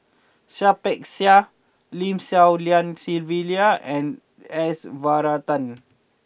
Seah Peck Seah Lim Swee Lian Sylvia and S Varathan